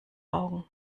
augen